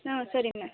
ಹಾಂ ಸರಿ ಮ್ಯಾಮ್